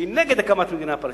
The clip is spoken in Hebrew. שהיא נגד הקמת מדינה פלסטינית.